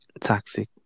toxic